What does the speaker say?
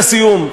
לסיום,